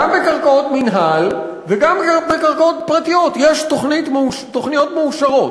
גם בקרקעות מינהל וגם בקרקעות פרטיות יש תוכניות מאושרות.